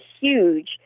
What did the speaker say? huge